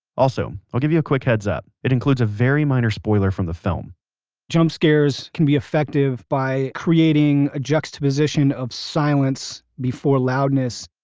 also i'll give you a quick heads up it includes a very minor spoiler from the film jump scares. can be effective by creating a juxtaposition of silence before loudness,